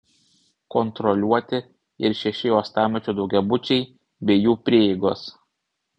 kontroliuoti ir šeši uostamiesčio daugiabučiai bei jų prieigos